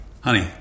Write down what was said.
Honey